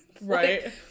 Right